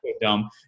dumb